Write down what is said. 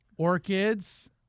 Orchids